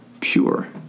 pure